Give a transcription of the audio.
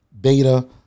beta